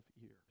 years